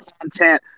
content